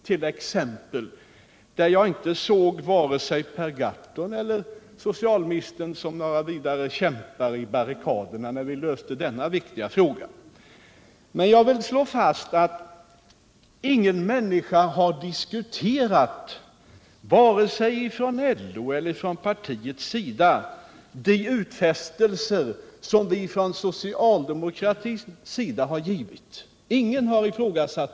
Jag såg inte vare sig Per Gahrton eller socialministern som några vidare kämpar på barrikaderna när vi löste denna viktiga fråga. Men jag vill slå fast att ingen har ifrågasatt — vare sig från LO eller från partiet — de utfästelser som vi från socialdemokratins sida har givit.